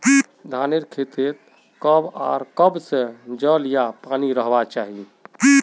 धानेर खेतीत कब आर कब से जल या पानी रहबा चही?